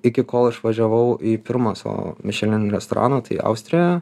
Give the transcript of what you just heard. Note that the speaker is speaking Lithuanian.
iki kol išvažiavau į pirmą savo mišelin restoraną tai austrijoje